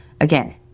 again